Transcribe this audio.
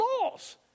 laws